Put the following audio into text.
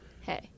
Hey